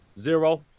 zero